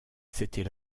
c’était